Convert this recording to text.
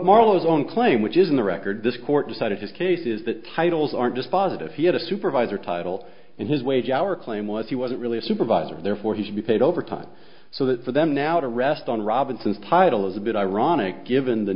those own claim which is in the record this court decided his case is that titles aren't dispositive he had a supervisor title in his wage our claim was he wasn't really a supervisor therefore he should be paid overtime so that for them now to rest on robinson's title is a bit ironic given the